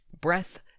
Breath